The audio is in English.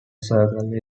circle